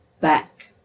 back